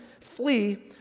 Flee